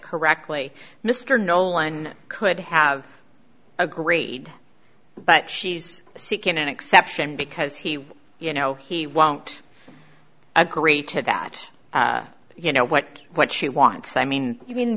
correctly mr nolan could have a grade but she's seeking an exception because he you know he won't agree to that you know what what she wants i mean you